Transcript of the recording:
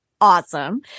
awesome